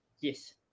yes